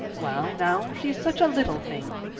well now, she's such a little thing,